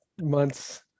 months